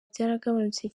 byaragabanutse